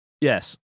yes